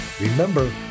Remember